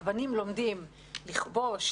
שהבנים לומדים לכבוש,